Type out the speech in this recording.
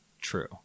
true